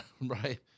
right